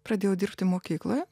pradėjau dirbti mokykloje